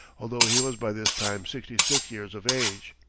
although he was by this time sixty-six years of age.